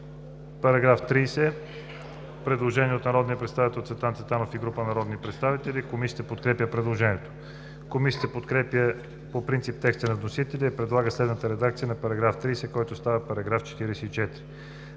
предложението. Предложение от народния представител Иван Иванов и група народни представители. Комисията подкрепя предложението. Комисията подкрепя по принцип текста на вносителя и предлага следната редакция на § 42, който става § 56: „§ 56.